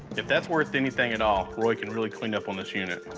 if that's worth anything at all, roy could really clean up on this unit.